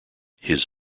his